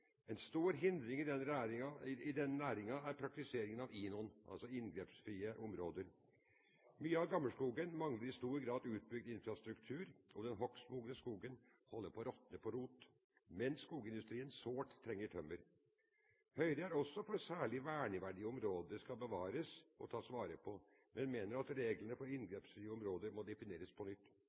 En stor hindring i denne næringen er praktiseringen av INON, altså inngrepsfrie områder. Mye av gammelskogen mangler i stor grad utbygd infrastruktur, og den hogstmodne skogen holder på å råtne på rot mens skogindustrien sårt trenger tømmer. Høyre er også for at særlig verneverdige områder skal bevares og tas vare på, men mener at reglene for inngrepsfrie områder må defineres på nytt.